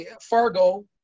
Fargo